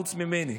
חוץ ממני?